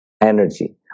energy